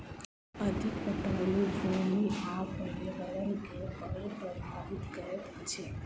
अधिक पटौनी भूमि आ पर्यावरण के बड़ प्रभावित करैत अछि